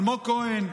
אלמוג כהן,